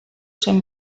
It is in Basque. zen